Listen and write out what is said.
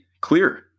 clear